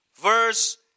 verse